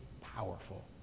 powerful